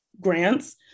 grants